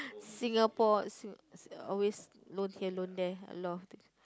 Singapore always don't dare don't dare a lot of things